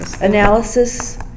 analysis